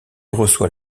reçoit